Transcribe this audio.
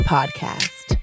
Podcast